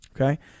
Okay